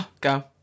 Go